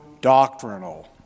doctrinal